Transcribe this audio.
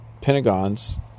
Pentagon's